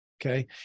okay